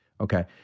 okay